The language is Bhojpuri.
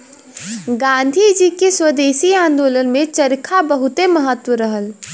गांधी जी के स्वदेशी आन्दोलन में चरखा बहुते महत्व रहल